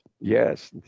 Yes